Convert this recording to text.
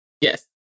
Yes